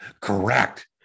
Correct